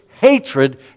hatred